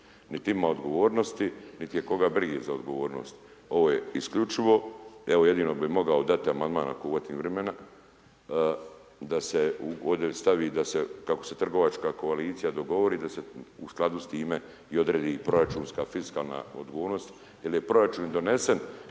Nit ima odgovornosti nit je koga briga za odgovornost, ovo je isključivo evo jedino bi mogao dat amandman ako uvatim vrimena da se ovdje stavi da se kako se trgovačka koalicija dogovori da se u skladu s time i odredi proračunska fiskalna odgovornost jel je proračun i donesen